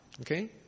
Okay